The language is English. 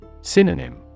Synonym